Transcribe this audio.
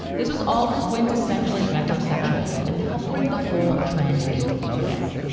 this was all quintessentially metrosexual and it helped bring the whole trend into focus.